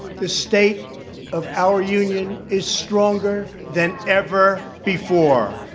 the state of our union is stronger than ever before